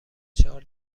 چهار